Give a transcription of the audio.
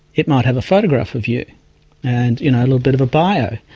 it might have a photograph of you and you know a little bit of a bio.